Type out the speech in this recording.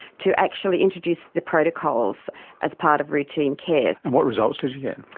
to actually introduce the protocols as part of routine care. and what results did you get?